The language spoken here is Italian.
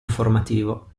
informativo